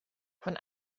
von